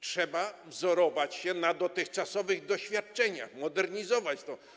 Trzeba wzorować się na dotychczasowych doświadczeniach, modernizować to.